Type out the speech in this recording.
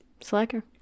Slacker